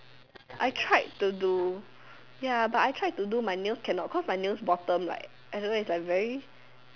I tried to do ya but I tried to do my nails can not cause my nails bottom I don't know is like very